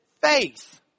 faith